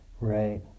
Right